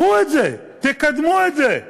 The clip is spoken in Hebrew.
קחו את זה, תקדמו את זה.